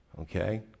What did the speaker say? Okay